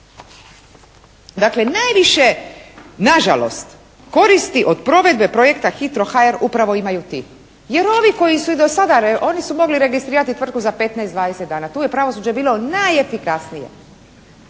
Dakle najviše nažalost koristi od provedbe projekta HR upravo imaju ti. Jer ovi koji su i do sada, oni su mogli registrirati tvrtku za 15, 20 dana. Tu je pravosuđe bilo najefikasnije.